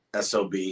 SOB